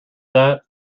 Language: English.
that